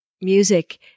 music